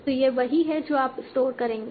तो यह वही है जो आप स्टोर करेंगे